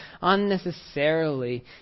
unnecessarily